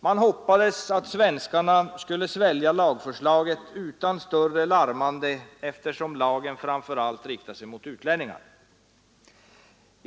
Man hoppades att svenskarna skulle svälja lagförslaget utan större larmande, eftersom lagen framför allt riktar sig mot utlänningar.